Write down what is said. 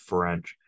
French